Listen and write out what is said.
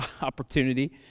opportunity